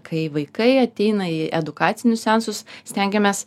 kai vaikai ateina į edukacinius seansus stengiamės